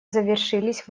завершились